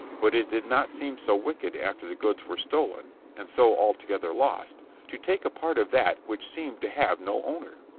but it did not seem so wicked after the goods were stolen and so altogether lost to take a part of that which seemed to have no owner.